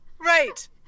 Right